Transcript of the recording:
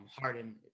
Harden